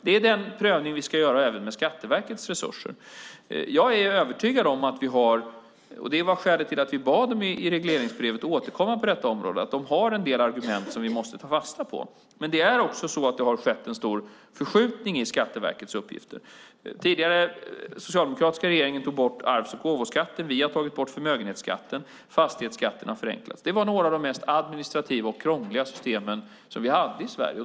Det är den prövning vi ska göra även av Skatteverkets resurser. Jag är övertygad om, och det var skälet till att vi i regleringsbrevet bad att få återkomma på detta område, att de har en del argument som vi måste ta fasta på. Men det är också så att det har skett en stor förskjutning i Skatteverkets uppgifter. Den tidigare, socialdemokratiska regeringen tog bort arvs och gåvoskatten. Vi har tagit bort förmögenhetsskatten, och fastighetsskatten har förenklats. De var några av de administrativt mest krångliga systemen vi hade i Sverige.